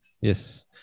Yes